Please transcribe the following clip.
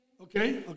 okay